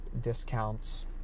discounts